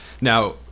Now